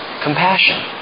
Compassion